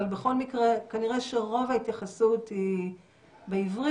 בכל מקרה כנראה שרוב ההתייחסות היא בעברית,